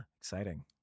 Exciting